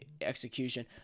execution